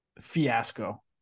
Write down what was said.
fiasco